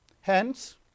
Hence